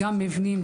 גם מבנים,